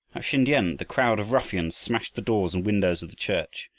sin-tiam the crowd of ruffians smashed the doors and windows of the church.